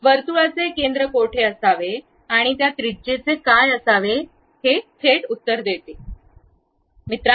वर्तुळाचे केंद्र कोठे असावे आणि त्या त्रिज्येचे काय असावे हे थेट देते